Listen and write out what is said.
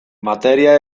materia